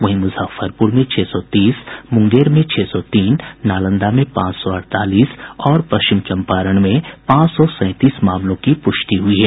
वहीं मुजफ्फरपुर में छह सौ तीस मुंगेर में छह सौ तीन नालंदा में पांच सौ अड़तालीस और पश्चिम चंपारण में पांच सौ सैंतीस मामलों की पुष्टि हुई है